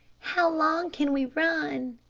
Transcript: how long can we run?